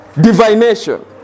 divination